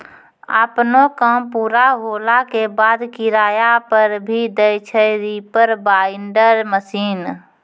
आपनो काम पूरा होला के बाद, किराया पर भी दै छै रीपर बाइंडर मशीन